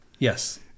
Yes